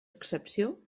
excepció